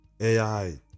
AI